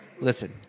Listen